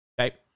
Okay